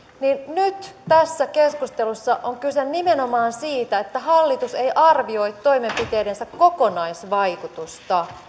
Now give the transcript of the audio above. nyt tässä keskustelussa on kyse nimenomaan siitä että hallitus ei arvioi toimenpiteidensä kokonaisvaikutusta